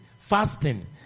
fasting